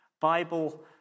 Bible